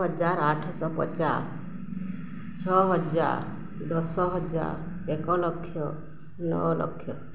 ହଜାର ଆଠଶହ ପଚାଶ ଛଅ ହଜାର ଦଶ ହଜାର ଏକ ଲକ୍ଷ ନଅ ଲକ୍ଷ